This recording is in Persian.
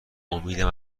امیدم